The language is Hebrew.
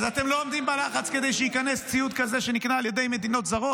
אז אתם לא עומדים בלחץ כדי שייכנס ציוד כזה שנקנה על ידי מדינות זרות,